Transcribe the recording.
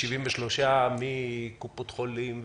עוד 73 נציגי קופות חולים,